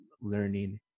learning